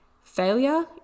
Failure